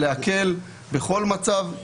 להקל בכל מצב.